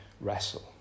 wrestle